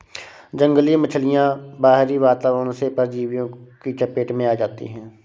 जंगली मछलियाँ बाहरी वातावरण से परजीवियों की चपेट में आ जाती हैं